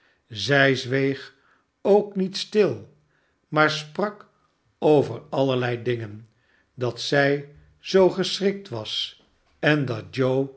zij zweeg ook niet stil maar sprak over allerlei dingen dat zij zoo geschrikt was en dat joe